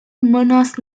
menace